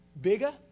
bigger